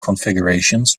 configurations